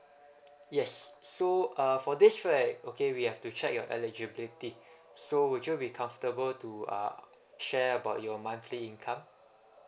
yes so uh for this right okay we have to check your eligibility so would you be comfortable to uh share about your monthly income